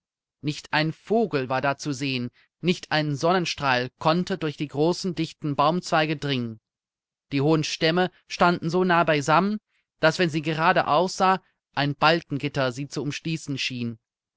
nicht ein vogel war da zu sehen nicht ein sonnenstrahl konnte durch die großen dichten baumzweige dringen die hohen stämme standen so nahe beisammen daß wenn sie gerade aussah ein balkengitter sie zu umschließen schien